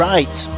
Right